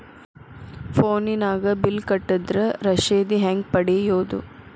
ಫೋನಿನಾಗ ಬಿಲ್ ಕಟ್ಟದ್ರ ರಶೇದಿ ಹೆಂಗ್ ಪಡೆಯೋದು?